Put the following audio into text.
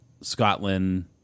Scotland